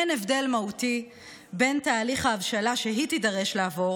אין הבדל מהותי בין תהליך ההבשלה שהיא תידרש לעבור